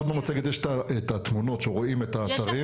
פשוט במצגת יש את התמונות שרואים את האתרים.